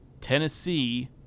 Tennessee